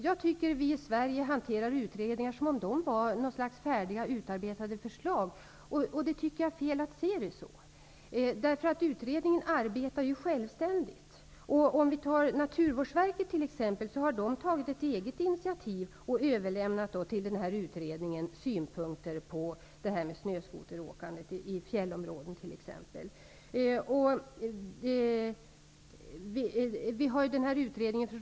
Jag tycker att vi i Sverige hanterar utredningar som om de var något slags färdigutarbetade förslag. Det är fel att se det så. Utredningen arbetar självständigt. Naturvårdsverket har t.ex. tagit ett eget initiativ och överlämnat synpunkter på snöskoteråkandet i fjällområden till utredningen.